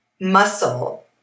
muscle